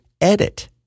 edit